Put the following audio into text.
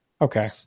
Okay